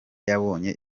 yabonye